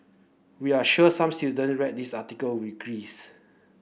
we are sure some student read this article with grace